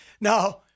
no